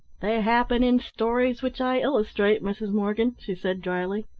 they happen in stories which i illustrate, mrs. morgan, she said dryly.